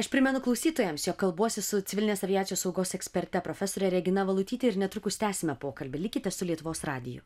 aš primenu klausytojams jog kalbuosi su civilinės aviacijos saugos eksperte profesore regina valutyte ir netrukus tęsime pokalbį likite su lietuvos radiju